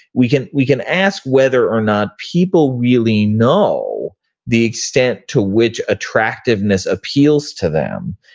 we can we can ask whether or not people really know the extent to which attractiveness appeals to them.